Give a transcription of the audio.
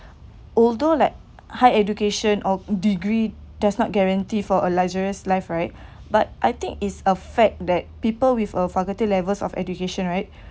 although like high education or degree does not guarantee for a luxurious life right but I think is a fact that people with a faculty levels of education right